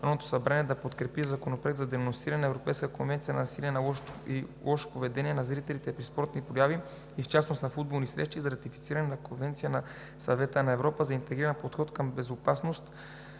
Народното събрание да подкрепи Законопроект за денонсиране на Европейската конвенция за насилието и лошото поведение на зрители при спортни прояви и в частност на футболни срещи и за ратифициране на Конвенцията на Съвета на Европа за интегриран подход към безопасност,